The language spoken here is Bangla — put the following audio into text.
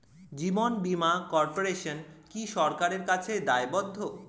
জীবন বীমা কর্পোরেশন কি সরকারের কাছে দায়বদ্ধ?